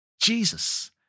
Jesus